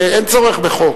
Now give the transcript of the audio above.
שאין צורך בחוק.